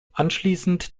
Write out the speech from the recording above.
anschließend